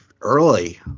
early